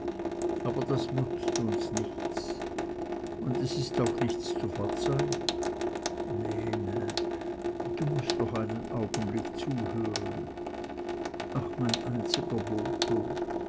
aber das nutzt uns nichts und es ist auch nichts zu verzeihn lene du mußt noch einen augenblick hören ach mein einziger botho